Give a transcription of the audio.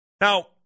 Now